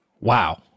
Wow